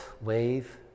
wave